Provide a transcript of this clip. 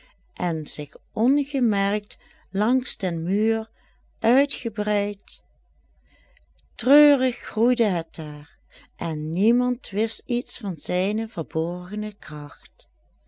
en zich ongemerkt langs den muur uitgebreid treurig groeide het daar en niemand wist iets van zijne verborgene kracht